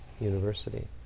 university